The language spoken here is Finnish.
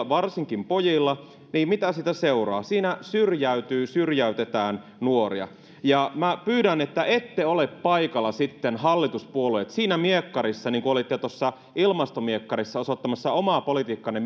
varsinkin pojilla niin mitä siitä seuraa siinä syrjäytyy syrjäytetään nuoria ja minä pyydän että ette hallituspuolueet ole paikalla sitten siinä miekkarissa niin kuin olitte tuossa ilmastomiekkarissa osoittamassa mieltä omaa politiikkaanne